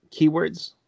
keywords